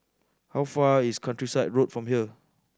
how far is Countryside Road from here